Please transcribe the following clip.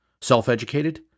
Self-educated